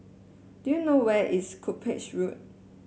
do you know where is Cuppage Road